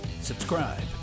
Subscribe